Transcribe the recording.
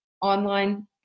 online